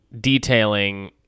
detailing